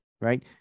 right